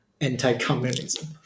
anti-communism